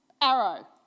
arrow